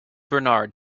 bernard